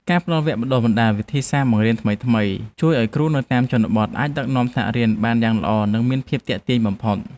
ការផ្តល់វគ្គបណ្តុះបណ្តាលវិធីសាស្ត្របង្រៀនថ្មីៗ ជួយឱ្យគ្រូនៅតាមជនបទអាចដឹកនាំថ្នាក់រៀនបានយ៉ាងល្អនិងមានភាពទាក់ទាញបំផុត។